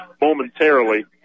momentarily